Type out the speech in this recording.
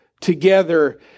together